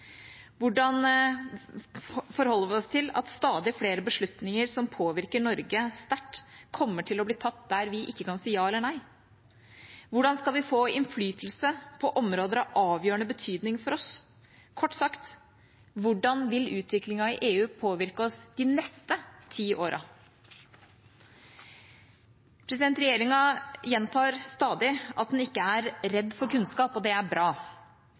Hvordan forholder vi oss til at stadig flere beslutninger som påvirker Norge sterkt, kommer til å bli tatt der vi ikke kan si ja eller nei? Hvordan skal vi få innflytelse på områder av avgjørende betydning for oss? Kort sagt: Hvordan vil utviklingen i EU påvirke oss de neste ti årene? Regjeringa gjentar stadig at den ikke er redd for kunnskap, og det er bra.